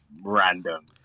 random